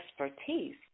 expertise